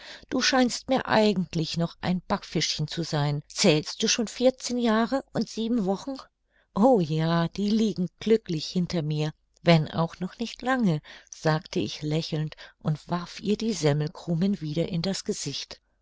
du scheinst mir eigentlich noch ein backfischchen zu sein zählst du schon vierzehn jahre und sieben wochen o ja die liegen glücklich hinter mir wenn auch noch nicht lange sagte ich lächelnd und warf ihr die semmelkrumen wieder in das gesicht